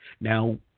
Now